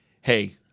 hey